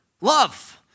Love